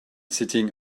sitting